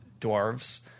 dwarves